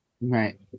Right